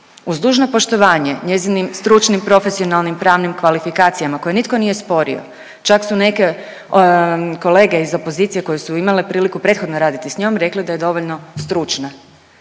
Uz dužno poštovanje njezinim stručnim, profesionalnim, pravnim kvalifikacijama koje nitko nije sporio. Čak su neke kolege iz opozicije koje su imale priliku prethodno raditi s njom, rekli da je dovoljno stručna.